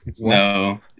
no